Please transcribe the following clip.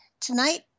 Tonight